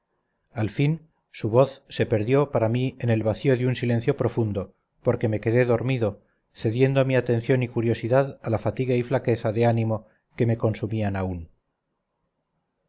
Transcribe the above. al fin su voz se perdió para mí en el vacío de un silencio profundo porque me quedé dormido cediendo mi atención y curiosidad a la fatiga y flaqueza de ánimo que me consumían aún